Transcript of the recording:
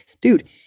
dude